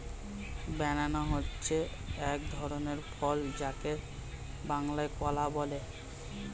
banana হচ্ছে এক ধরনের ফল যাকে বাংলায় কলা বলে